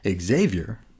Xavier